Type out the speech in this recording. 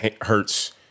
Hurts